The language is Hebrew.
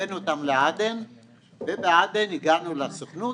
הבאנו אותם לעדן ובעדן הגענו לסוכנות.